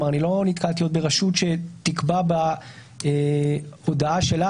לא נתקלתי עוד ברשות שתקבע בהודעה שלה